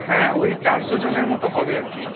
হ্যাঁ ওই চারশো জনের মতো হবে আর কি